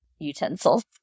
utensils